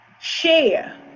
Share